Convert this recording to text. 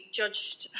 judged